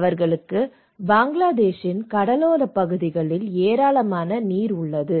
அவர்களுக்கு பங்களாதேஷின் கடலோரப் பகுதிகளில் ஏராளமான நீர் உள்ளது